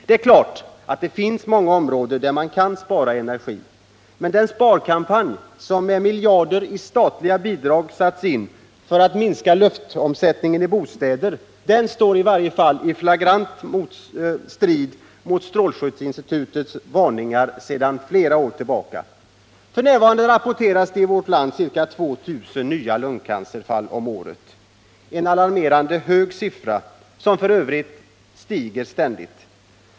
Det är klart att det finns många möjligheter att spara energi, men den sparkampanj som med miljarder i statliga bidrag satts in för att minska luftomsättningen i bostäderna står i flagrant strid mot strålskyddsinstitutets varningar sedan många år. F. n. rapporteras 2 000 nya lungcancerfall om året i Sverige, ett alarmerande högt antal som f. ö. stadigt stiger.